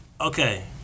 Okay